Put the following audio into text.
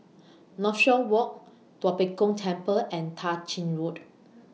Northshore Walk Tua Pek Kong Temple and Tah Ching Road